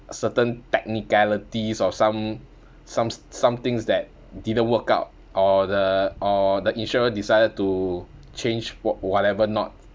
certain technicalities or some somes some things that didn't work out or the or the insurer decided to change what whatever not